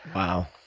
wow.